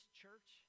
church